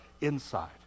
inside